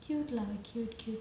cute lah cute cute